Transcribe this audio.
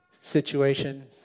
situation